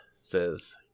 Says